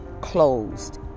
closed